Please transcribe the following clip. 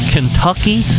Kentucky